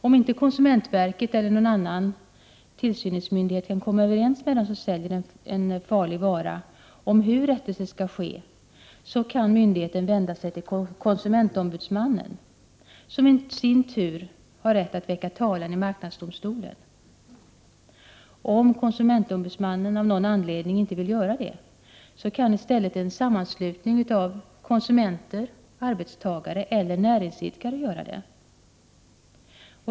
Om inte konsumentverket eller annan tillsynsmyndighet kan komma överens med den som säljer en farlig vara om hur rättelse skall ske, kan myndigheten vända sig till konsumentombudsmannen, som i sin tur har rätt att väcka talan i marknadsdomstolen. Om konsument ombudsmannen — av någon anledning — inte vill göra det, kan i stället en ”sammanslutning av konsumenter, arbetstagare eller näringsidkare” göra det.